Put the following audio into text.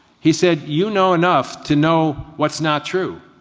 he said you know enough to know what's not true,